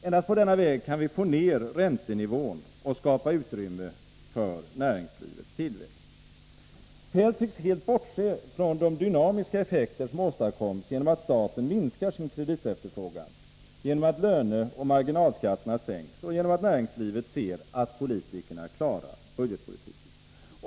Bara på denna väg kan vi få ner räntenivån och skapa utrymme för näringslivets tillväxt. Kjell-Olof Feldt tycks helt bortse från de dynamiska effekter som åstadkoms genom att staten minskar sin kreditefterfrågan, genom att löneoch marginalskatterna sänks och genom att näringslivet ser att politikerna klarar budgetpolitiken.